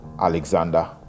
Alexander